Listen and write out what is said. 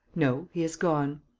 no, he has gone.